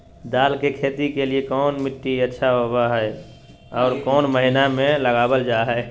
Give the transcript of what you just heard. दाल की खेती के लिए कौन मिट्टी अच्छा होबो हाय और कौन महीना में लगाबल जा हाय?